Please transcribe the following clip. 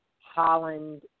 Holland